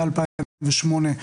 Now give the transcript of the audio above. מ-2008,